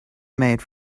made